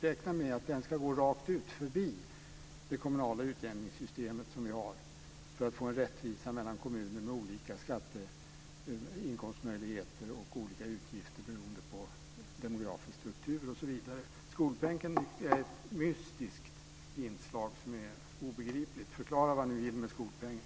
Räknar ni med att skolpengen ska gå förbi det kommunala utjämningssytemet som vi har för att man ska få en rättvisa mellan kommuner med olika skatteinkomster och olika utgifter beroende på demografisk struktur osv.? Skolpengen är ett mystiskt inslag som är obegripligt. Förklara vad ni vill med skolpengen!